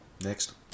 Next